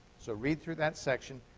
so read through that section.